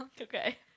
okay